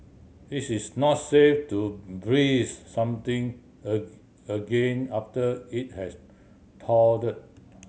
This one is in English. it is not safe to freeze something a again after it has thawed